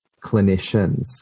clinicians